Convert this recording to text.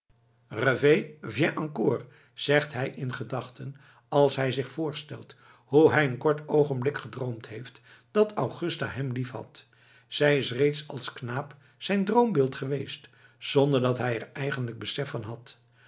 rêve viens encore zegt hij in gedachten als hij zich voorstelt hoe hij een kort oogenblik gedroomd heeft dat augusta hem liefhad zij is reeds als knaap zijn droombeeld geweest zonder dat hij er eigenlijk besef van had